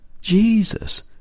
Jesus